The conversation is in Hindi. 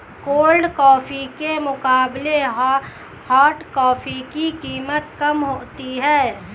कोल्ड कॉफी के मुकाबले हॉट कॉफी की कीमत कम होती है